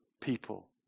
people